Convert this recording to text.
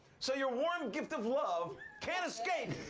so your warm gift of love can't escape.